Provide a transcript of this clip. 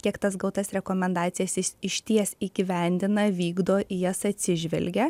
kiek tas gautas rekomendacijas jis išties įgyvendina vykdo į jas atsižvelgia